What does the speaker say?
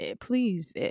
please